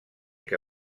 que